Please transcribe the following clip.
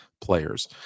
players